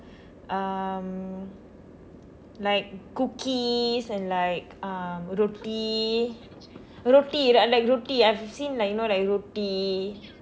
um like cookies and like um roti roti roti like like roti I've seen like you know like roti